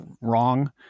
wrong